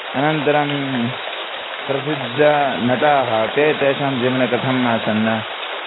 अनन्तरं प्रसिद्धनटाः ते तेषां जीवने कथम् आसन्